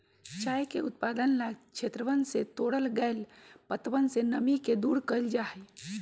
चाय के उत्पादन ला क्षेत्रवन से तोड़ल गैल पत्तवन से नमी के दूर कइल जाहई